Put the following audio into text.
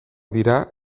dira